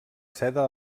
seda